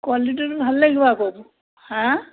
কোৱালিটিটো ভাল লাগিব আকৌ হাঁ